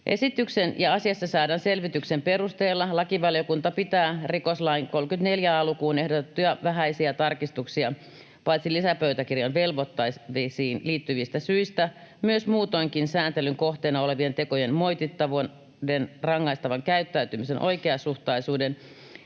Esityksen ja asiassa saadun selvityksen perusteella lakivaliokunta pitää rikoslain 34 a lukuun ehdotettuja vähäisiä tarkistuksia paitsi lisäpöytäkirjan velvoitteisiin liittyvistä syistä myös muutoinkin sääntelyn kohteena olevien tekojen moitittavuuden, rangaistavan käyttäytymisen oikeasuhtaisuuden